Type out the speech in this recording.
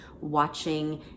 watching